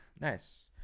Nice